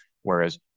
Whereas